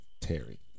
Terry